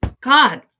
God